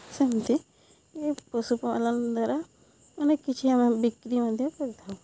ସେମିତି ଏ ପଶୁପାଳନ ଦ୍ୱାରା ଅନେକ କିଛି ଆମେ ବିକ୍ରି ମଧ୍ୟ କରିଥାଉ